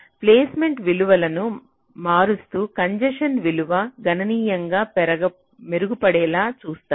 placement విలువను మారుస్తూ congestion విలువ గణనీయంగా మెరుగుపడే లా చూస్తారు